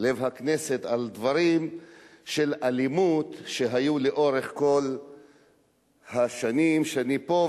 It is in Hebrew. לב הכנסת לדברים של אלימות שהיו לאורך כל השנים שאני פה,